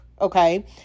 okay